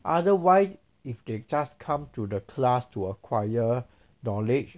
otherwise if they just come to the class to acquire knowledge